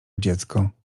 dziecko